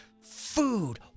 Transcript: food